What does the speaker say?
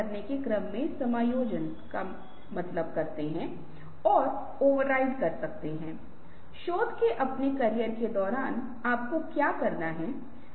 जो पाएगा कि पहला व्यक्ति जवाब दे सकता हैतीसरा समूह सदस्य साझा करता हैं मैं उसके साथ कर सकता हूं या पांचवा समूह सदस्य साझा कर सकते हैं की मैं इसके साथ और क्या कर सकता हूं